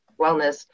wellness